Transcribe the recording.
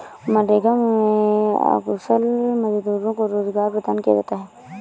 मनरेगा में अकुशल मजदूरों को रोजगार प्रदान किया जाता है